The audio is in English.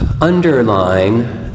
underline